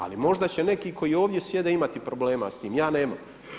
Ali možda će neki koji ovdje sjede imati problema s tim, ja nemam.